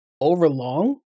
overlong